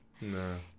No